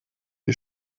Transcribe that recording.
die